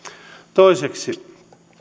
toiseksi